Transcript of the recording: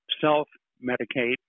self-medicate